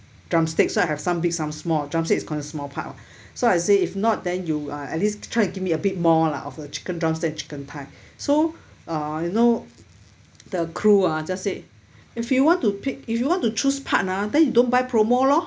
drumsticks so I have some big some small drumstick is considered small part [what] so I say if not then you uh at least try to give me a bit more lah of the chicken drumstick and chicken thigh so uh you know the crew ah just say if you want to pick if you want to choose part lah then you don't buy promo lor